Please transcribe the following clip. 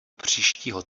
příštího